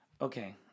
Okay